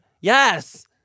Yes